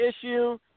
issue